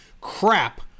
Crap